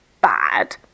bad